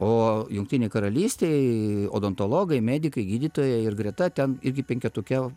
o jungtinė karalystėj odontologai medikai gydytojai ir greta ten irgi penketuke